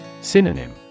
Synonym